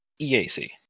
EAC